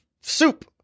soup